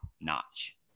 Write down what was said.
notch